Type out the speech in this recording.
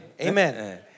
Amen